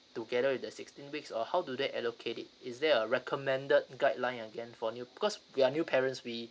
together with the sixteen weeks or how do they allocate it is there a recommended guideline again for new because we are new parents we